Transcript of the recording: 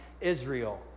Israel